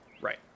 Right